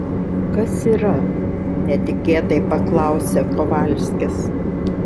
kas yra netikėtai paklausė kovalskis